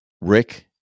rick